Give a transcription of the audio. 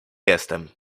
jestem